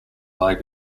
lag